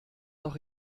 doch